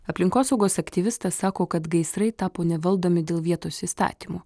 aplinkosaugos aktyvistas sako kad gaisrai tapo nevaldomi dėl vietos įstatymų